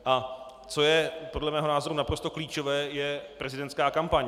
A co je podle mého názoru naprosto klíčové, je prezidentská kampaň.